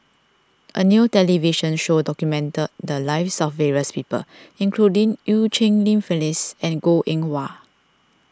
a new television show documented the lives of various people including Eu Cheng Li Phyllis and Goh Eng Wah